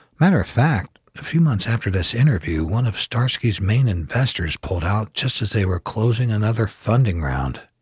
matter of fact a few months after this interview one of starksy's main investors pulled out just as they were closing another funding round.